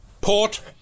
Port